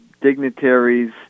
dignitaries